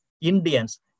Indians